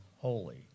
holy